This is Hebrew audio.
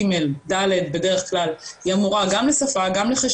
ג' וד' בדרך כלל היא המורה גם לחשבון,